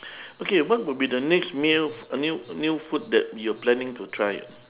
okay what will be the next meal new new food that you planning to try